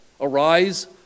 arise